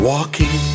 Walking